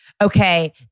okay